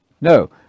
no